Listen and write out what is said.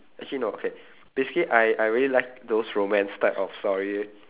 actually no okay basically I I really like those romance type of story